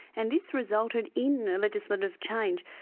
and this resulted in a legislative change.